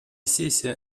сессия